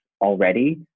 already